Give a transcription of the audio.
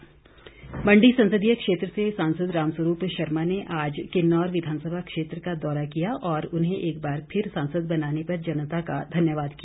रामस्वरूप शर्मा मंडी संसदीय क्षेत्र से सांसद रामस्वरूप शर्मा ने आज किन्नौर विधानसभा क्षेत्र का दौरा किया और उन्हें एक बार फिर सांसद बनाने पर जनता का धन्यवाद किया